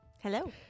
Hello